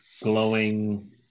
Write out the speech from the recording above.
glowing